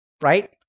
right